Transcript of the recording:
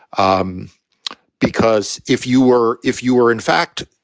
um because if you were if you were, in fact,